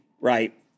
right